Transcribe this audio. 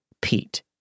Pete